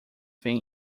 thing